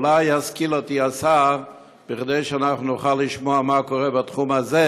אולי ישכיל אותי השר כדי שנוכל לשמוע מה קורה בתחום הזה,